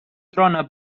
trona